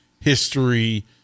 history